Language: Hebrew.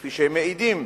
שכפי שהם מעידים,